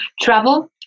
Travel